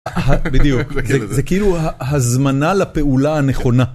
בדיוק זה כאילו הזמנה לפעולה הנכונה.